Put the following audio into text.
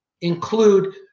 include